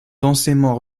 densément